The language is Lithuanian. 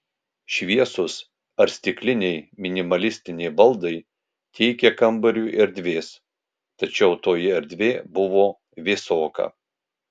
šviesūs ar stikliniai minimalistiniai baldai teikė kambariui erdvės tačiau toji erdvė buvo vėsoka